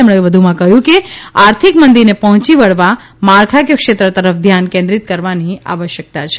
તેમણે વધુમાં કહ્યુ કે આર્થિક મંદીને પહોચીંવડવા માળખાકીય શ્રેત્ર તરફ ધ્યાન કેન્દ્રીત કરવાની આવશ્યકતા છે